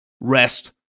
rest